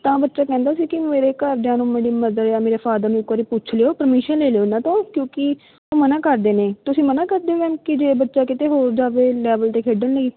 ਤਾਂ ਬੱਚਾ ਕਹਿੰਦਾ ਸੀ ਕਿ ਮੇਰੇ ਘਰਦਿਆਂ ਨੂੰ ਮੇਰੀ ਮਦਰ ਜਾਂ ਮੇਰੇ ਫਾਦਰ ਨੂੰ ਇੱਕ ਵਾਰੀ ਪੁੱਛ ਲਿਓ ਪਰਮਿਸ਼ਨ ਲੈ ਲਿਓ ਇਹਨਾਂ ਤੋਂ ਕਿਉਂਕਿ ਉਹ ਮਨ੍ਹਾ ਕਰਦੇ ਨੇ ਤੁਸੀਂ ਮਨ੍ਹਾ ਕਰਦੇ ਹੋ ਮੈਮ ਕਿ ਜੇ ਬੱਚਾ ਕਿਤੇ ਹੋਰ ਜਾਵੇ ਲੈਵਲ 'ਤੇ ਖੇਡਣ ਲਈ